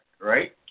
right